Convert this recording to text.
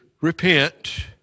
Repent